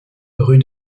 rue